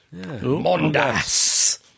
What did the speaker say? Mondas